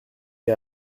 est